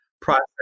process